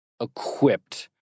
equipped